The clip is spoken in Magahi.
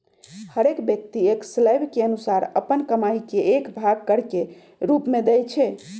हरेक व्यक्ति कर स्लैब के अनुसारे अप्पन कमाइ के एक भाग कर के रूप में देँइ छै